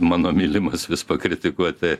mano mylimas vis pakritikuoti